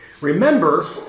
Remember